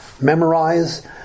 memorize